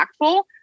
impactful